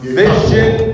vision